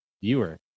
viewer